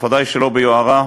ודאי שלא ביוהרה,